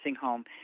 home